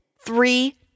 Three